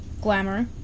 Glamour